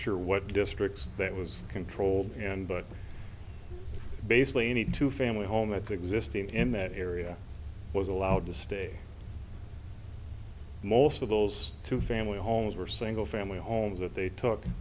sure what districts that was controlled and but basically any two families home that's existing in that area was allowed to stay most of those two family homes were single family homes that they t